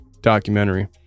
documentary